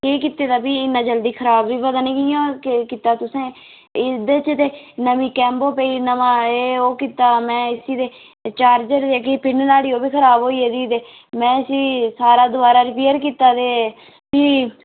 केह् कीते दा फ्ही इन्ना जल्दी खराब बी पता नि कियां कीता तुसें एह्दे च ते नमीं कॉम्बो पेई नमां एह् ओह् कीता में इसी चार्ज जेह्की पिन नाह्ड़ी ओह् बी खराब होई गेदी ही ते में इसी सारा दोबारा रिपेयर कीता ते फ्ही